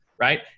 right